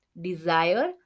desire